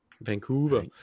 Vancouver